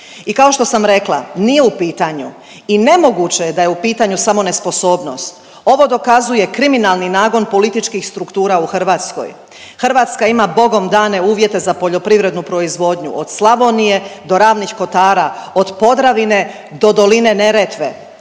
I kao što sam rekla nije u pitanju i nemoguće je da je u pitanju samo nesposobnost. Ovo dokazuje kriminalni nagon političkih struktura u Hrvatskoj. Hrvatska ima bogom dane uvjete za poljoprivrednu proizvodnju od Slavonije do Ravnih Kotara, od Podravine do doline Neretve.